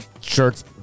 shirts